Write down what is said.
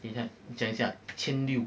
等下想一下千六